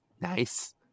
nice